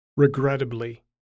Regrettably